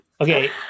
okay